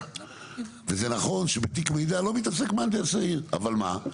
וזה נכון שבתיק מידע לא מתעסק מהנדס העיר, אבל מה?